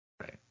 Right